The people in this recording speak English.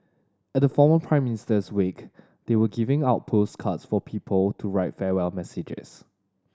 at the former Prime Minister's wake they were giving out postcards for people to write farewell messages